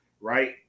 Right